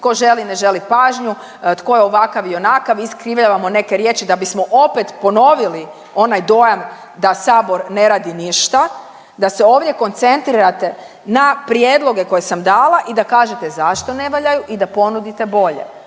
tko želi i ne želi pažnju, tko je ovakav i onakav, iskrivljavamo neke riječi da bismo opet ponovili onaj dojam da Sabor ne radi ništa, da se ovdje koncentrirate na prijedloge koje sam dala i da kažete zašto ne valjaju i da ponudite bolje